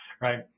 right